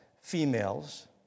females